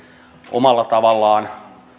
omalla tavallaan